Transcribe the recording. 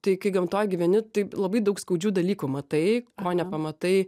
tai kai gamtoj gyveni tai labai daug skaudžių dalykų matai ko nepamatai